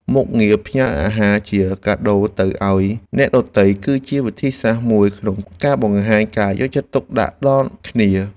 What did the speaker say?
មុខងារផ្ញើអាហារជាកាដូទៅឱ្យអ្នកដទៃ គឺជាវិធីសាស្ត្រមួយក្នុងការបង្ហាញការយកចិត្តទុកដាក់ដល់គ្នា។